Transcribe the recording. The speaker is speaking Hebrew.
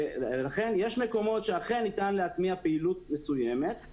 יש מקומות שאכן ניתן להטמיע פעילות מסוימת.